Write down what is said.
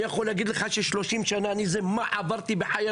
אני יכול להגיד לך ש-30 שנה מה עברתי בחיי,